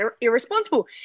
irresponsible